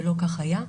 ולא כך היה.